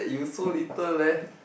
you so little left